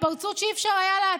התפרצות שלא היה אפשר לעצור.